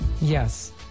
yes